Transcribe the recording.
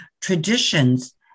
traditions